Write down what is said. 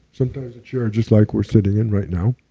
sometimes a chair just like we're sitting in right now.